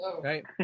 Right